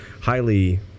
highly